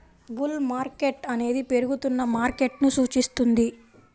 bull market అనేది పెరుగుతున్న మార్కెట్ను సూచిస్తుంది